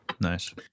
Nice